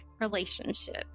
relationship